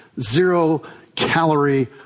zero-calorie